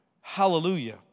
Hallelujah